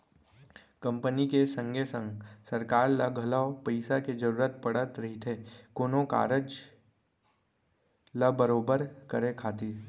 company के संगे संग सरकार ल घलौ पइसा के जरूरत पड़त रहिथे कोनो कारज ल बरोबर करे खातिर